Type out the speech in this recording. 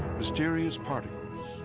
mysterious particles,